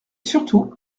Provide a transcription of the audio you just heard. surtout